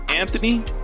Anthony